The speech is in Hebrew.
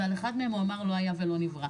ועל אחד מהם הוא אמר לי לא היה ולא נברא.